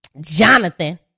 Jonathan